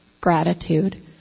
gratitude